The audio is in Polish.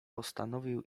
postanowił